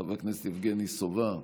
חבר הכנסת יבגני סובה,